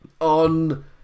On